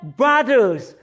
brothers